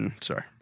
sorry